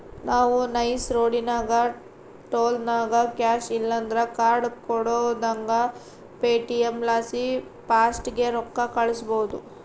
ನಾವು ನೈಸ್ ರೋಡಿನಾಗ ಟೋಲ್ನಾಗ ಕ್ಯಾಶ್ ಇಲ್ಲಂದ್ರ ಕಾರ್ಡ್ ಕೊಡುದಂಗ ಪೇಟಿಎಂ ಲಾಸಿ ಫಾಸ್ಟಾಗ್ಗೆ ರೊಕ್ಕ ಕಳ್ಸ್ಬಹುದು